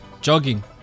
Jogging